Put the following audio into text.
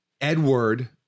edward